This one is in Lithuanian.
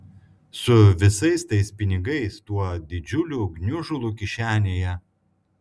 su visais tais pinigais tuo didžiuliu gniužulu kišenėje